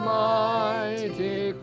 mighty